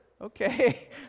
okay